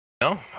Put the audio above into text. no